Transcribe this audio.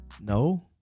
No